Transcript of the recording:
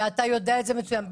-- ואתה יודע את זה מצוין.